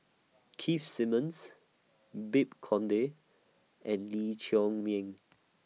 Keith Simmons Babes Conde and Lee Chiaw Meng